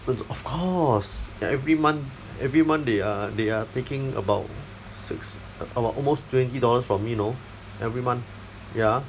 of of course every month every month they are they are taking about six about almost twenty dollars from me you know every month ya